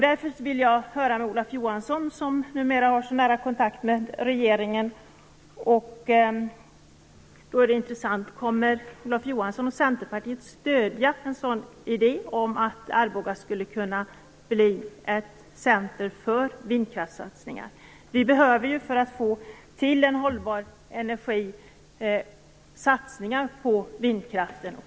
Därför vill jag höra med Olof Johansson, som numera har så nära kontakt med regeringen, om Centerpartiet kommer att stödja idén att Arboga skulle kunna bli ett centrum för vindkraftssatsningar. Vi behöver, för att få till en hållbar energi, satsningar på vindkraften.